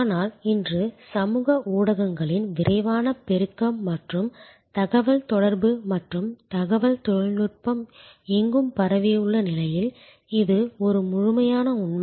ஆனால் இன்று சமூக ஊடகங்களின் விரைவான பெருக்கம் மற்றும் தகவல் தொடர்பு மற்றும் தகவல் தொழில்நுட்பம் எங்கும் பரவியுள்ள நிலையில் இது ஒரு முழுமையான உண்மை